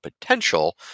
potential